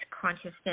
consciousness